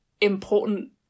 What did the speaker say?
important